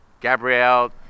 Gabrielle